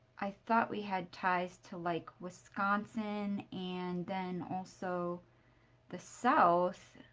i thought we had ties to, like, wisconsin and then also the south